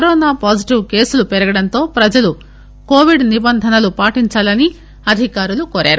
corona positive కేసులు పెరగడంతో ప్రజలు కొవిడ్ నిబంధనలు పాటించాలని అధికారులు కోరారు